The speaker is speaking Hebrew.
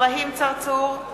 אברהים צרצור,